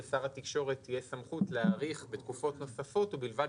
לשר התקשורת תהיה סמכות להאריך בתקופות נוספות ובלבד